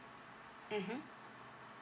mmhmm